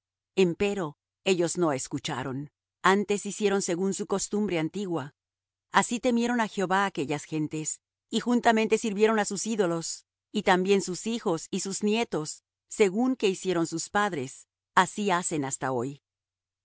enemigos empero ellos no escucharon antes hicieron según su costumbre antigua así temieron á jehová aquellas gentes y juntamente sirvieron á sus ídolos y también sus hijos y sus nietos según que hicieron sus padres así hacen hasta hoy